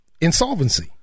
insolvency